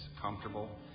comfortable